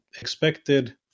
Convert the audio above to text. expected